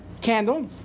candle